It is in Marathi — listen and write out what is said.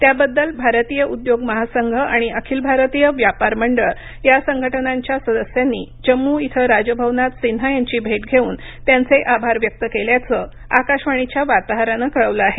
त्याबद्दल भारतीय उद्योग महासंघ आणि अखिल भारतीय व्यापार मंडळ या संघटनांच्या सदस्यांनी जम्मू इथं राजभवनात सिन्हा यांची भेट घेऊन त्यांचे आभार व्यक्त केल्याचं आकाशवाणीच्या वार्ताहरानं कळवलं आहे